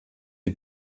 die